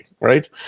right